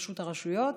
לרשות הרשויות.